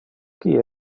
qui